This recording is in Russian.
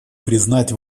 признать